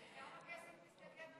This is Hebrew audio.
בכמה כסף מסתכם,